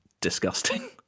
disgusting